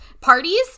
parties